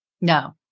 No